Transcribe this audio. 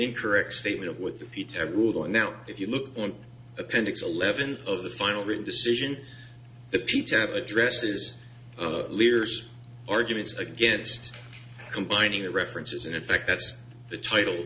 incorrect statement of what the people have ruled on now if you look on appendix eleven of the final written decision the p tab addresses liers arguments against combining references and in fact that's the title